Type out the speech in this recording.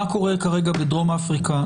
מה קורה כרגע בדרום אפריקה,